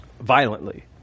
violently